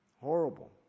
horrible